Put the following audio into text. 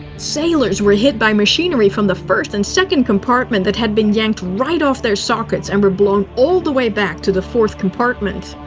sailors were hit by machinery from the first and second compartment that had been yanked right off their sockets and were blown all the way back into the fourth compartment.